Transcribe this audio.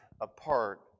apart